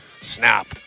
Snap